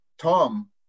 Tom